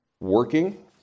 working